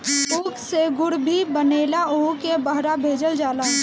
ऊख से गुड़ भी बनेला ओहुके बहरा भेजल जाला